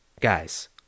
Guys